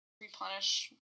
replenish